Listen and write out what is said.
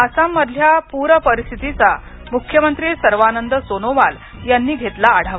आसाममधल्या पूर परिस्थितीचा मुख्यमंत्री सर्वानंद सोनोवाल यांनी घेतला आढावा